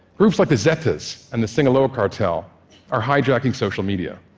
groups like the zetas and the sinaloa cartel are hijacking social media.